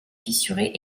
fissurée